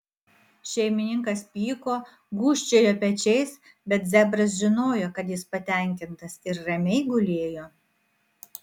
šeimininkas pyko gūžčiojo pečiais bet zebras žinojo kad jis patenkintas ir ramiai gulėjo